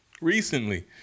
recently